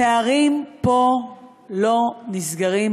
הפערים פה לא נסגרים,